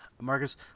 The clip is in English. Marcus